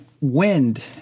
wind